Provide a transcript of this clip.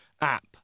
app